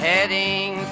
Heading